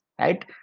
right